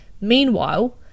Meanwhile